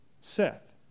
Seth